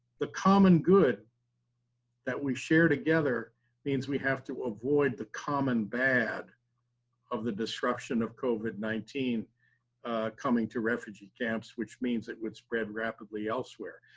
the common good that we share together means we have to avoid the common bad of the disruption of covid nineteen nineteen coming to refugee camps, which means it would spread rapidly elsewhere.